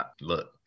look